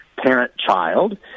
parent-child